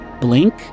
blink